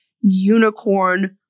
unicorn